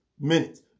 minutes